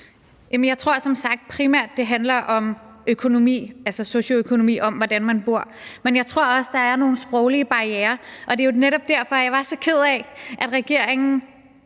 jeg tror som sagt, det primært handler om socioøkonomi, hvordan man bor, men jeg tror også, at der er nogle sproglige barrierer, og det var netop derfor, jeg var så ked af, at regeringen